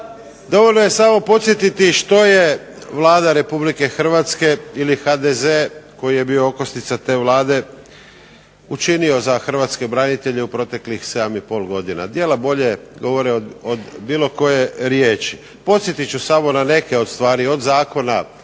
Dovoljno je samo podsjetiti što je Vlada Republike Hrvatske ili HDZ koji je bio okosnica te vlade učinio za hrvatske branitelje u proteklih 7,5 godina. Djela bolje govore od bilo koje riječi. Podsjetit ću samo na neke od Zakona o pravima hrvatskih